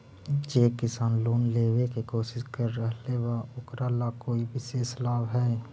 जे किसान लोन लेवे के कोशिश कर रहल बा ओकरा ला कोई विशेष लाभ हई?